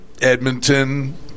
Edmonton